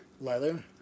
Leather